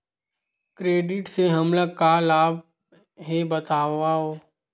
Credit से हमला का लाभ हे बतावव?